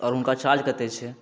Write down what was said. आओर हुनका चार्ज कते छै